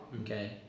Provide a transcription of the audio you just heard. okay